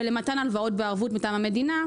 ולמתן הלוואות בערבות מטעם המדינה,